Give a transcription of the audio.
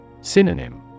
Synonym